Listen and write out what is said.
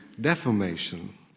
deformation